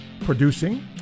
producing